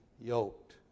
yoked